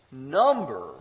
number